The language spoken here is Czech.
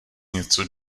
něco